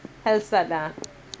hell start ah